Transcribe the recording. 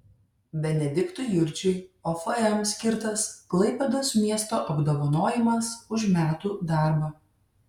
benediktui jurčiui ofm skirtas klaipėdos miesto apdovanojimas už metų darbą